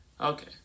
Okay